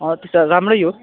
त्यसो भए राम्रै हो